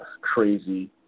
crazy